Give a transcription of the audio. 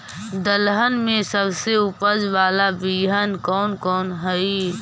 दलहन में सबसे उपज बाला बियाह कौन कौन हइ?